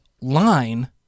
line